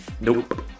Nope